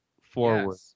forward